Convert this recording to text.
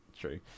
True